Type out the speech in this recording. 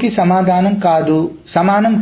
కు సమానం కాదు